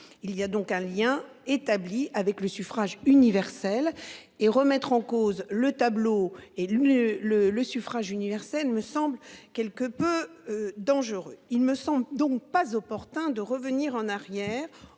il y a donc un lien établi avec le suffrage universel et remettre en cause le tableau et le le le suffrage universel me semble quelque peu. Dangereux. Il me semble donc pas opportun de revenir en arrière.